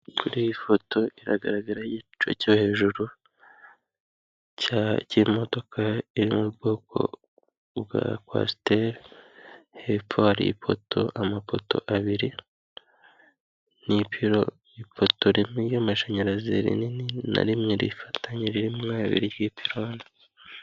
Kuri iyi foto iragaragaraho igice cyo hejuru, k'imodoka iri mu bwoko bwa Kwasiteri, hepfo hari ipoto, amapoto abiri, ipoto rimwe ry'amashanyarazi rinini, na rimwe rifatanye ririmo abiri y'iperoni.